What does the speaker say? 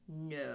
No